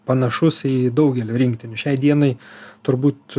panašus į daugelį rinktinių šiai dienai turbūt